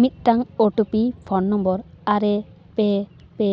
ᱢᱤᱫᱴᱟᱝ OTP phone number ᱟᱨᱮ ᱯᱮ ᱯᱮ